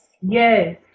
Yes